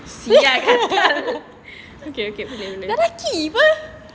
see apa-apa [pe] okay okay